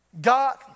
God